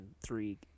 three